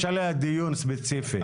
יש עליה דיון ספציפי.